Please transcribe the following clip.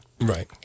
right